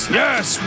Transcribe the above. yes